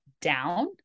down